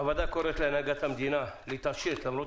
הוועדה קוראת להנהגת המדינה להתעשת למרות